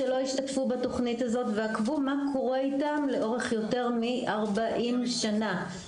שלא השתתפו בתוכנית הזאת ועקבו מה קורה איתם לאורך יותר מ-40 שנה.